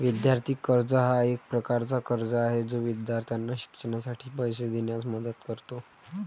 विद्यार्थी कर्ज हा एक प्रकारचा कर्ज आहे जो विद्यार्थ्यांना शिक्षणासाठी पैसे देण्यास मदत करतो